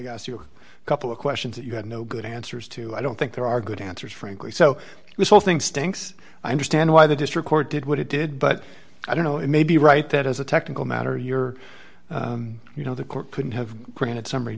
asked you a couple of questions that you had no good answers to i don't think there are good answers frankly so this whole thing stinks i understand why the district court did what it did but i don't know it may be right that as a technical matter your you know the court couldn't have granted summary